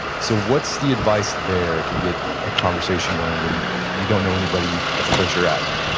so, what's the advice there to get a conversation going when you don't know anybody at the place you're at?